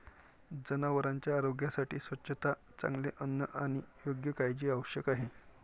जनावरांच्या आरोग्यासाठी स्वच्छता, चांगले अन्न आणि योग्य काळजी आवश्यक आहे